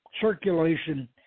circulation